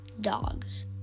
dogs